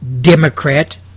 Democrat